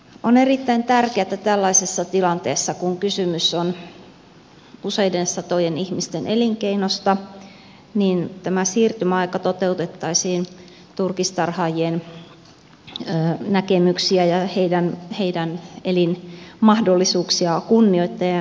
on erittäin tärkeätä tällaisessa tilanteessa kun kysymys on useiden satojen ihmisten elinkeinosta että siirtymäaika toteutettaisiin turkistarhaajien näkemyksiä ja heidän elinmahdollisuuksiaan kunnioittaen ja noudattaen